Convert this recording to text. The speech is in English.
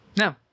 No